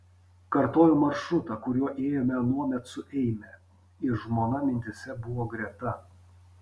kartojau maršrutą kuriuo ėjome anuomet su eime ir žmona mintyse buvo greta